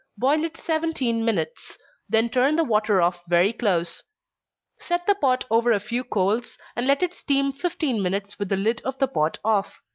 boil it seventeen minutes then turn the water off very close set the pot over a few coals, and let it steam fifteen minutes with the lid of the pot off.